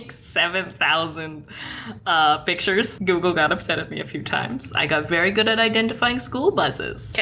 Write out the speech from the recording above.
seven thousand pictures. google got upset at me a few times. i got very good at identifying school buses. kay,